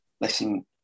Listen